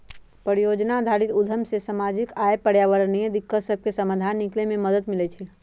परिजोजना आधारित उद्यम से सामाजिक आऽ पर्यावरणीय दिक्कत सभके समाधान निकले में मदद मिलइ छइ